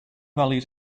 valued